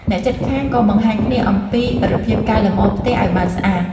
អ្នកជិតខាងក៏បង្ហាញគ្នាអំពីរបៀបកែលម្អផ្ទះឲ្យបានស្អាត។